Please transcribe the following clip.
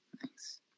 thanks